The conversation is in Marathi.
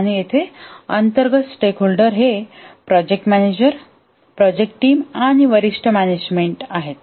आणि येथे अंतर्गत स्टेकहोल्डर हे प्रोजेक्ट मॅनेजर प्रोजेक्ट टीम आणि वरिष्ठ मॅनेजमेंट आहेत